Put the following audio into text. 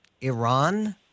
Iran